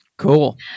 cool